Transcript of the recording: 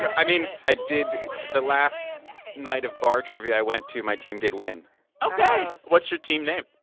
i i mean, i did the last night of bar trivia i went to, my team did win ok. what's your team name?